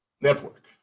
network